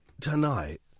tonight